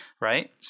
Right